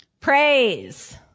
Praise